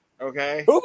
okay